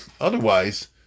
Otherwise